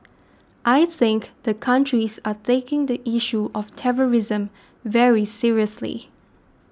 I think the countries are taking the issue of terrorism very seriously